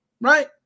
Right